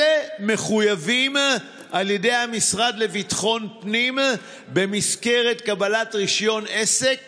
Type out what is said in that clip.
אלה מחויבים על ידי המשרד לביטחון הפנים במסגרת קבלת רישיון עסק